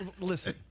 listen